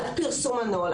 עד פרסום הנוהל,